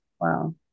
Wow